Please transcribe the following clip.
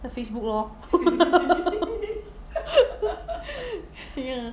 Facebook lor ya